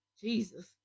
Jesus